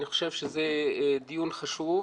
אני חושב שזה דיון חשוב,